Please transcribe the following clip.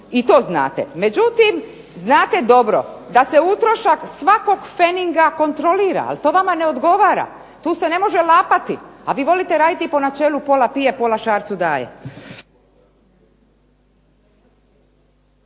I to znate. Međutim, znate dobro da se utrošak svakog pfeninga kontrolira, ali to vama ne odgovara. Tu se ne može lapati, a vi volite raditi po načelu pola pije, pola šarcu daje.